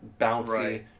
bouncy